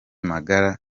magara